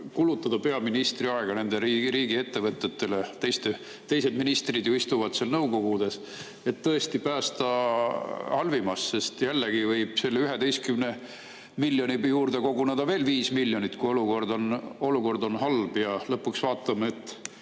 kulutada peaministri aega nendele riigiettevõtetele – teised ministrid ju istuvad seal nõukogudes –, et tõesti päästa halvimast, sest selle 11 miljoni juurde võib koguneda veel 5 miljonit, kui olukord on halb. Ja lõpuks vaatame, et